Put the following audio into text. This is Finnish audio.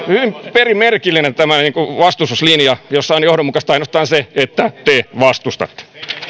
perin merkillinen tämä vastustuslinja jossa on johdonmukaista ainoastaan se että te vastustatte